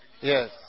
Yes